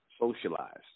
socialized